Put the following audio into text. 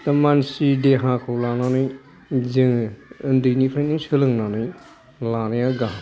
दा मानसि देहाखौ लानानै जोङो उन्दैनिफ्रायनो सोलोंनानै लानाया गाहाम